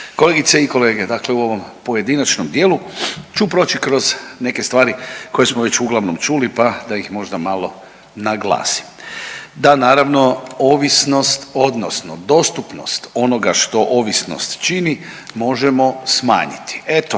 kolegice i kolege. Dakle u ovom pojedinačnom dijelu ću proći kroz neke stvari koje smo već uglavnom čuli, pa da ih možda malo naglasim. Da naravno ovisnost odnosno dostupnost onoga što ovisnost čini možemo smanjiti. Eto